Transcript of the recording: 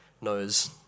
knows